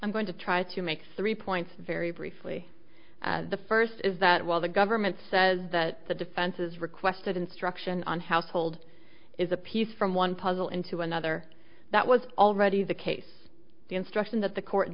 i'm going to try to make three points very briefly the first is that while the government says that the defense has requested instruction on household is a piece from one puzzle into another that was already the case the instruction that the court